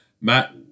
Matt